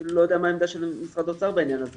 אפילו לא יודע מה העמדה של משרד האוצר בעניין הזה